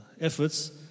efforts